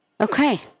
Okay